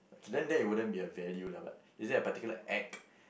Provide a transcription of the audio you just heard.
K then that won't be a value lah but is there a particular act